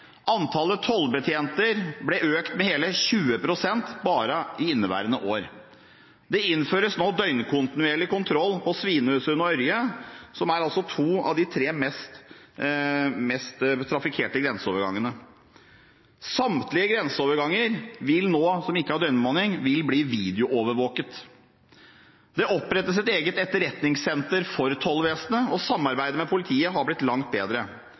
Antallet tollbetjenter ble økt med hele 20 pst. bare i inneværende år. Det innføres nå døgnkontinuerlig kontroll på Svinesund og Ørje, som er to av de tre mest trafikkerte grenseovergangene. Samtlige grenseoverganger som ikke har døgnbemanning, vil nå bli videoovervåket. Det opprettes et eget etterretningssenter for tollvesenet, og samarbeidet med politiet har blitt langt bedre.